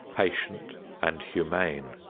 patient and humane.